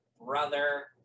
brother